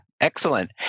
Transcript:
Excellent